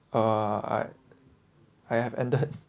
uh I I have ended